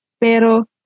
Pero